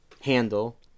handle